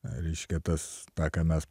reiškia tas tą ką mes